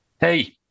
Hey